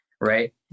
right